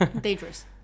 dangerous